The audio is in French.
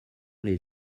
les